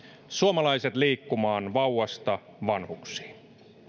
suomalaiset liikkumaan vauvasta vanhuksiin